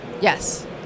Yes